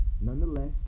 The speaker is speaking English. Nonetheless